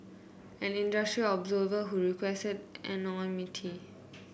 an industry observer who requested anonymity